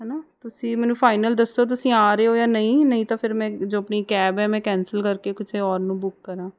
ਹੈ ਨਾ ਤੁਸੀਂ ਮੈਨੂੰ ਫਾਈਨਲ ਦੱਸੋ ਤੁਸੀਂ ਆ ਰਹੇ ਹੋ ਜਾਂ ਨਹੀਂ ਨਹੀਂ ਤਾਂ ਫਿਰ ਮੈਂ ਜੋ ਆਪਣੀ ਕੈਬ ਹੈ ਮੈਂ ਕੈਂਸਲ ਕਰਕੇ ਕਿਸੇ ਹੋਰ ਨੂੰ ਬੁੱਕ ਕਰਾਂ